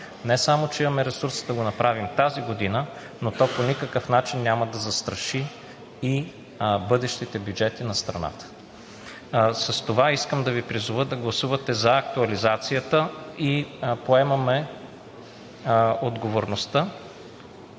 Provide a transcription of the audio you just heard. Не само че имаме ресурс да го направим тази година, но то по никакъв начин няма да застраши бъдещите бюджети на страната. С това искам да Ви призова да гласувате за актуализацията. Поемаме отговорността